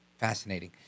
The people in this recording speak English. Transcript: Fascinating